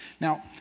Now